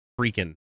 freaking